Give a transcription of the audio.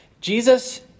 Jesus